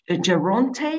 Geronte